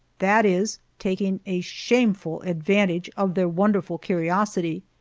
that is, taking a shameful advantage of their wonderful curiosity,